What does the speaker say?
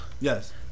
Yes